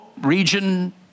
region